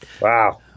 Wow